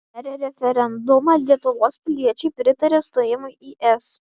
per referendumą lietuvos piliečiai pritarė stojimui į es